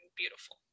beautiful